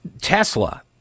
Tesla